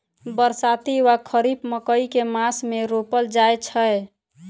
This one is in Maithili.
बरसाती वा खरीफ मकई केँ मास मे रोपल जाय छैय?